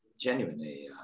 genuinely